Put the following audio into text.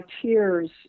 tears